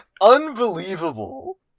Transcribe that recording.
unbelievable